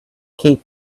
keep